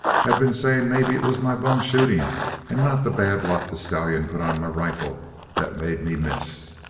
had been saying maybe it was my bum shooting and not the bad luck the stallion put on my rifle that made me miss.